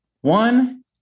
One